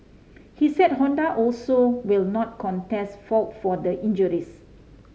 he said Honda also will not contest fault for the injuries